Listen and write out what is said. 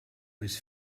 was